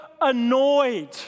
annoyed